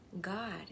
God